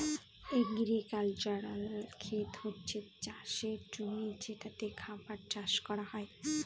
agricultural খেত হচ্ছে চাষের জমি যেটাতে খাবার চাষ করা হয়